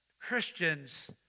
Christians